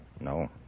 No